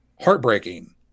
heartbreaking